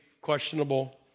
questionable